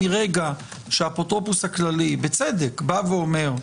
מרגע שהאפוטרופוס הכללי בא ואומר,